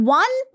one